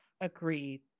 Agreed